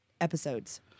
episodes